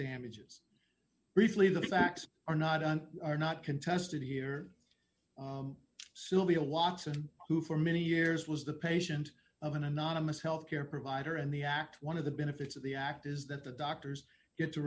damages briefly the facts are not on are not contested here sylvia lawson who for many years was the patient of an anonymous health care provider in the act one of the benefits of the act is that the doctors get to